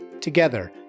Together